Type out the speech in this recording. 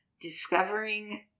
discovering